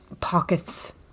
pockets